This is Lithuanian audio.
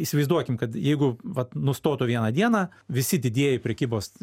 įsivaizduokim kad jeigu vat nustotų vieną dieną visi didieji prekybos